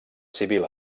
civil